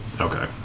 Okay